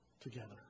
together